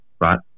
right